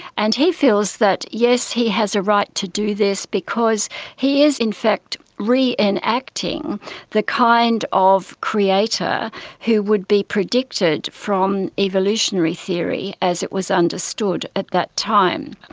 and he feels that, yes, he has a right to do this because he is in fact re-enacting the kind of creator who would be predicted from evolutionary theory, as it was understood at that time,